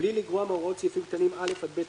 בלי לגרוע מהוראות סעיפים קטנים (א) עד (ב1),